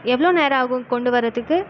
எவ்வளோ நேரம் ஆகும் கொண்டு வரதுக்கு